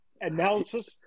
analysis